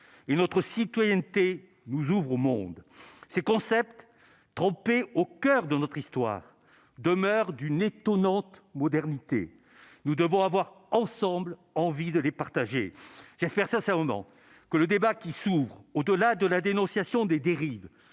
une autre citoyenneté nous ouvre au monde ces concepts trompé au coeur de notre histoire demeurent d'une étonnante modernité, nous devons avoir ensemble, envie de les partager, j'espère sincèrement que le débat qui s'ouvrent, au-delà de la dénonciation des dérives